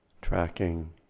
Tracking